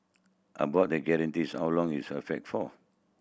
about the guarantees how long is for